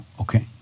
okay